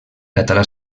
català